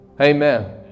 Amen